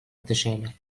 төшәләр